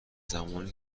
زمانی